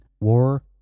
war